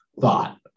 Thought